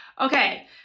okay